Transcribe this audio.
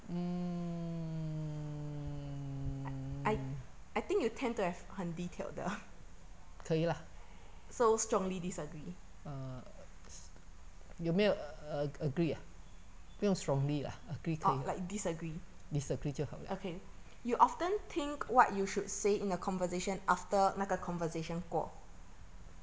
mm 可以啦 err s~ 有没有 a~ agree ah 不用 strongly lah agree 可以了 disagree 就好了